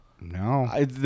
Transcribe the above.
No